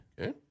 Okay